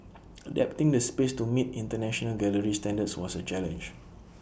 adapting the space to meet International gallery standards was A challenge